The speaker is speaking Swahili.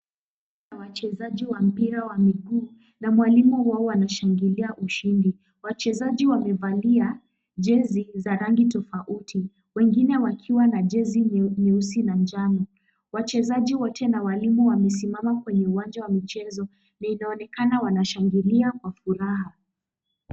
Wachezaji wa mpira wa miguu na mwalimu wao anashangilia ushindi. Wachezaji wamevalia jezi za rangi tofauti wengine wakiwa na jezi nyeusi na njano. Wachezaji wote na walimu wamesimama kwenye uwanja wa michezo na inaonekana wanashangilia kwa furaha.